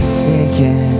sinking